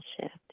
shift